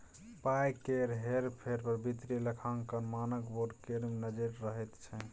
पाय केर हेर फेर पर वित्तीय लेखांकन मानक बोर्ड केर नजैर रहैत छै